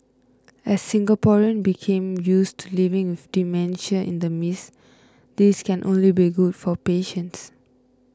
as Singaporeans became used to living with dementia in the midst this can only be good for patients